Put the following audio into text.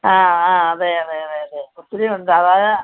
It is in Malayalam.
ആ ആ അതെ അതെ അതെ അതെ ഒത്തിരിയുണ്ട് അതാ ഞാന്